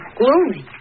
gloomy